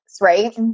right